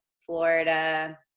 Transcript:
Florida